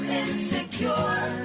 insecure